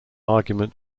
argument